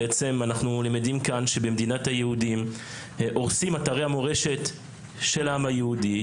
בעצם אנחנו למדים כאן שבמדינת היהודים הורסים אתרי מורשת של העם היהודי,